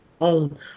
own